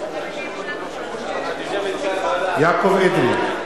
נגד יעקב אדרי,